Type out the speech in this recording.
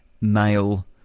male